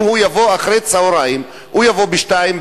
אם הוא יבוא אחר-הצהריים הוא יבוא ב-14:00,